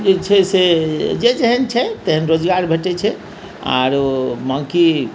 जे छै से जे जेहन छै तेहन रोजगार भेटैत छै आरो बाँकी